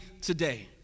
today